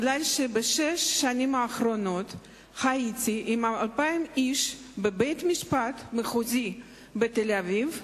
כי בשש השנים האחרונות הייתי עם 2,000 איש בבית-המשפט המחוזי בתל-אביב,